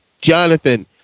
Jonathan